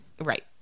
Right